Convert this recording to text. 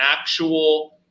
actual